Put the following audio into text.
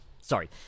sorry